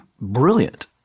brilliant